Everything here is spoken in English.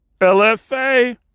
LFA